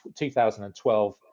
2012